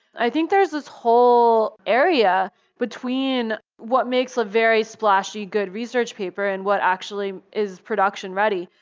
i think there is this whole area between what makes a very splashy good research paper and what actually is production ready,